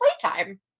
playtime